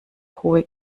hohe